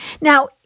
Now